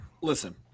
listen